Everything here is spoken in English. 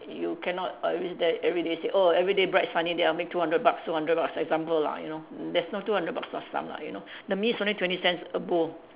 you cannot err reach there everyday say oh everyday bright sunny day I'll make two hundred bucks two hundred bucks example lah you know there's no two hundred bucks last time lah you know the most twenty cents a bowl